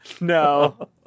No